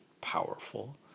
powerful